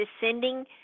descending